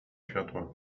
światła